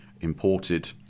imported